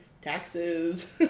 taxes